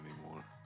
anymore